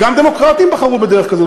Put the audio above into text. גם דמוקרטים בחרו בדרך כזו,